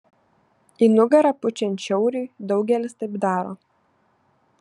į nugarą pučiant šiauriui daugelis taip daro